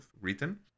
written